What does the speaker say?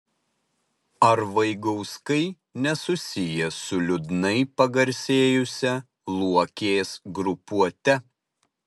ar vaigauskai nesusiję su liūdnai pagarsėjusia luokės grupuote